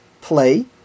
play